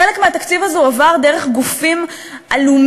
חלק מהתקציב הזה הועבר דרך גופים עלומים